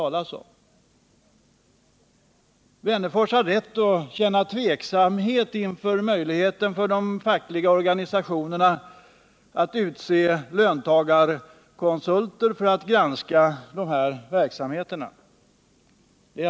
Alf Wennerfors har rätt att känna tveksamhet inför möjligheten för de fackliga organisationerna att utse löntagarkonsulter för att granska verksamheten.